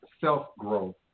self-growth